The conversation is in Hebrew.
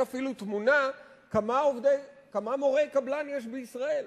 אפילו תמונה כמה מורי קבלן יש בישראל.